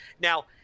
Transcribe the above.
Now